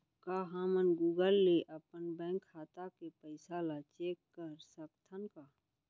का हमन गूगल ले अपन बैंक खाता के पइसा ला चेक कर सकथन का?